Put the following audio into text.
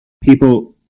People